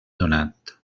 donat